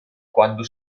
quando